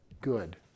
good